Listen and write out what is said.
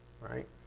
right